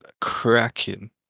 cracking